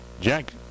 Jack